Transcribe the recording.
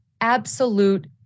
Absolute